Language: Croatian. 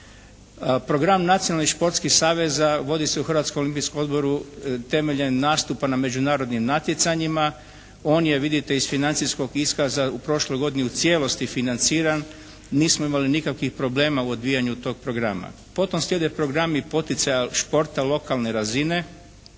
Program nacionalnih športskih saveza vodi se u Hrvatskom olimpijskom odboru temeljem nastupa na međunarodnim natjecanjima. On je vidite iz financijskog iskaza u prošloj godini u cijelosti financiran. Nismo imali nikakvog problema u odvijanju tog programa. Potom slijede programi poticanja športa lokalne razine,